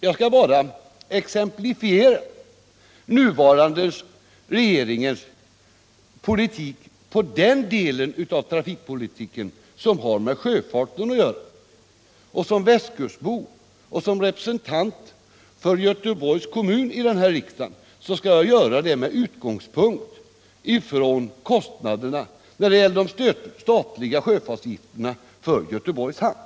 Jag skall bara exemplifiera den nuvarande regeringens politik i den del av trafikpolitiken som har med sjöfart att göra, och som västkustbo och som representant för Göteborgs kommun i den här riksdagen skall jag göra det med utgångspunkt i kostnaderna när det gäller de statliga sjöfartsavgifterna för Göteborgs hamn.